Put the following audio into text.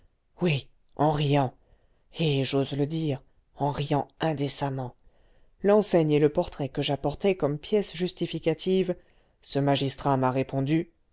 oui en riant et j'ose le dire en riant indécemment l'enseigne et le portrait que j'apportais comme pièces justificatives ce magistrat m'a répondu